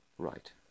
right